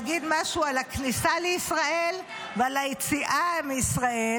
כדי להגיד משהו על הכניסה לישראל ועל היציאה מישראל,